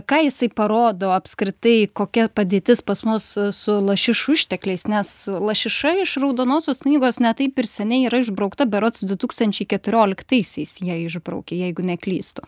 ką jisai parodo apskritai kokia padėtis pas mus su lašišų ištekliais nes lašiša iš raudonosios knygos ne taip ir seniai yra išbraukta berods du tūkstančiai keturioliktaisiais ją išbraukė jeigu neklystu